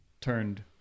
turned